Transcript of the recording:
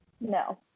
No